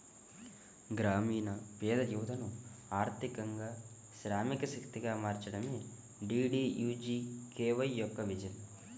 గ్రామీణ పేద యువతను ఆర్థికంగా శ్రామిక శక్తిగా మార్చడమే డీడీయూజీకేవై యొక్క విజన్